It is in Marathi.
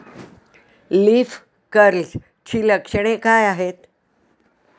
लीफ कर्लची लक्षणे काय आहेत?